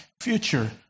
future